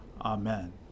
Amen